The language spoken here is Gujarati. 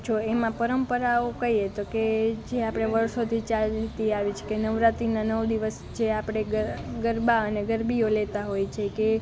જો એમાં પરંપરાઓ કહીએ તો કહે જે આપણે વર્ષોથી ચાલતી આવી છે કે નવરાત્રિના નવ દિવસ જે આપણે ગરબા અને ગરબીઓ લેતાં હોઇએ છે કે